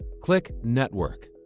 click network.